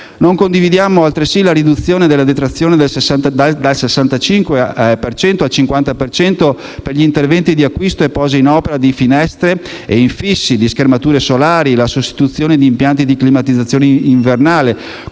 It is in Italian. Non condividiamo, altresì, la riduzione della detrazione dal 65 al 50 per cento per gli interventi di acquisto e posa in opera di finestre, di infissi, di schermature solari e per la sostituzione di impianti di climatizzazione invernale,